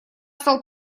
стал